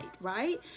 right